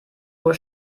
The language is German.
uhr